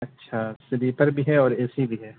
اچھا سلیپر بھی ہے اور اے سی بھی ہے